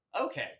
okay